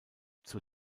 zur